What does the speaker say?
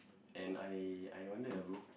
and I I wonder ah bro